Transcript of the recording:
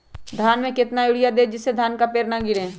धान में कितना यूरिया दे जिससे धान का पेड़ ना गिरे?